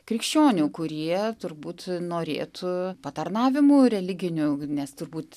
krikščionių kurie turbūt norėtų patarnavimų religinių nes turbūt